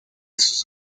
sus